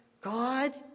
God